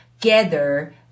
gather